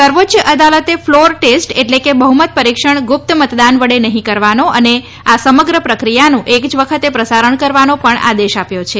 સર્વોચ્ય અદાલતે floor test એટલે કે બહુમત પરિક્ષણ ગુપ્ત મતદાન વડે નહીં કરવાનો અને આ સમગ્ર પ્રક્રિયાનું એ જ વખતે પ્રસારણ કરવાનો પણ આદેશ આપ્યો છે